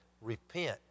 Repent